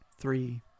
three